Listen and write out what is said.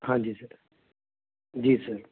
ਹਾਂਜੀ sir ji sir